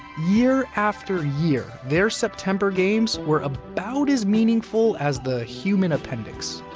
year after year, their september games were about as meaningful as the human appendix.